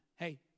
Hey